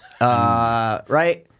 right